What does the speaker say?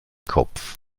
kopf